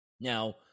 now